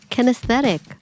Kinesthetic